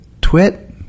twit